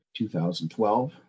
2012